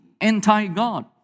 anti-God